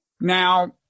Now